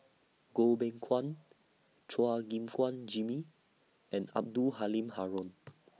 Goh Beng Kwan Chua Gim Guan Jimmy and Abdul Halim Haron